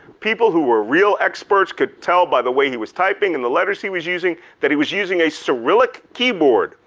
people who were real experts could tell by the way he was typing and the letters he was using that he was using a cyrillic keyboard,